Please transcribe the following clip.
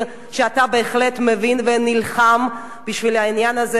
שאתה בהחלט מבין ונלחם בשביל העניין הזה.